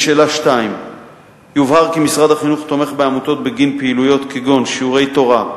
2. יובהר כי משרד החינוך תומך בעמותות בגין פעילויות כגון שיעורי תורה,